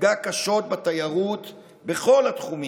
יפגע קשות בתיירות בכל התחומים,